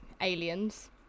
Aliens